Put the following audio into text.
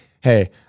hey